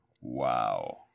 Wow